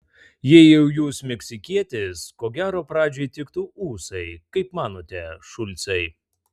jei jau jūs meksikietis ko gero pradžiai tiktų ūsai kaip manote šulcai